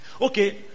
Okay